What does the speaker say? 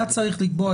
היה צריך לקבוע,